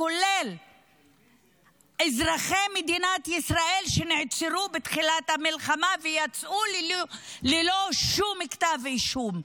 כולל אזרחי מדינת ישראל שנעצרו בתחילת המלחמה ויצאו ללא שום כתב אישום.